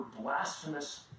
blasphemous